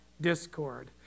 discord